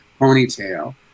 ponytail